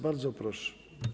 Bardzo proszę.